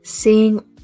Seeing